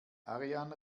ariane